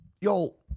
Y'all